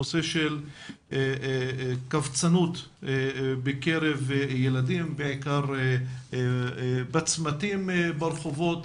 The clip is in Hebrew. נושא של קבצנות בקרב ילדים בעיקר בצמתים ברחובות.